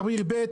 אביר ב',